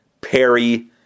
Perry